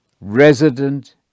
resident